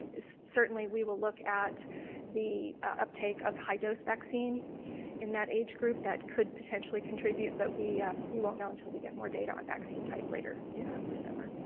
certainly we will look at the uptake of high dose vaccine in that age group, that could potentially contribute but we we won't know until we get more data on vaccine type later yeah this summer.